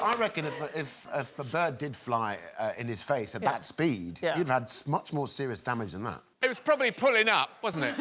um reckon if ah if a bird did fly ah in his face at that speed yeah you've had so much more serious damage than that. it was probably pulling up wasn't